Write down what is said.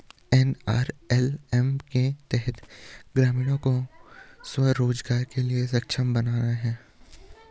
NRLM के तहत ग्रामीणों को स्व रोजगार के लिए सक्षम बनाना है